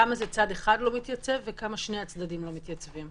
כמה זה צד אחד לא מתייצב וכמה זה שני הצדדים לא מתייצבים?